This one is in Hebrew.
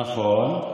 נכון.